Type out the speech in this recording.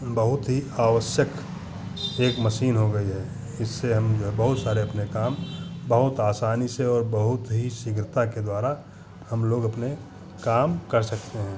बहुत ही आवश्यक एक मशीन हो गई है इससे हम जो है बहुत सारे अपने काम बहुत आसानी से और बहुत ही शीघ्रता के द्वारा हम लोग अपने काम कर सकते हैं